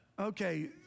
Okay